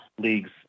League's